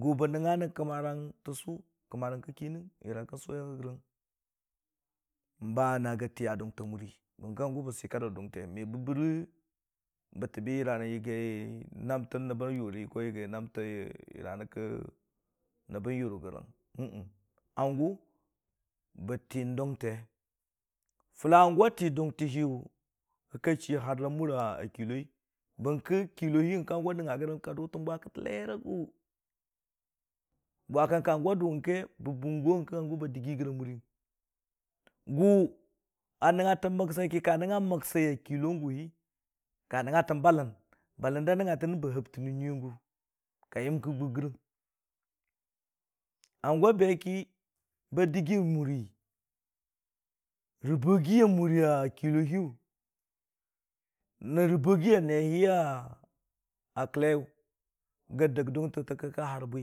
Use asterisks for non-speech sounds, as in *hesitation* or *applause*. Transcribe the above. gʊ bə nəngnga rə kəmmarang təsʊ kəmmarang kə kɨnɨn yəra kən sʊe rəgəng, ba na gə tiya dʊnta muri bən kə hangʊ bə si kak rə dʊnte me bə bʊʊrə yəra yagi naam tə nəbbən yʊrrə *hesitation* yagi naamti yəra kə nəbbən yʊr gərəng me nyang hangʊ bə ri dʊnte, fʊlawe hangʊ a ti dʊnti higʊ kə ka chii hərra mʊra kɨllor bən ki kɨllo hi n'kə hangʊwa nəngnga gərəng ki ka dʊtəng bwa kəttə le rə gʊ bwa kə hangʊ wa dʊwʊng ke bə bʊngo nikə hangʊ ba dəggi gəra muriyʊ, gʊ ka. Nəngnga ki nəngnga tən məksai a kɨllo gʊ hi. Ka nəngnga tən balən, balən da nəngngatənən bə nəngngatən a niyʊi a gʊ ka yəm yəri kə gʊg gərang hangʊ be ki ba dəggi a muri, rəbʊg gə amura kɨllo hiyʊ rə rəbʊg hi a kəllaiyʊ dʊntə ba hari bwi.